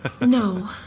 No